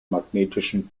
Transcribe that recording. magnetischen